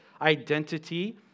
identity